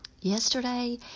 yesterday